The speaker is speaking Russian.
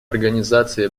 организации